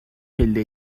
پله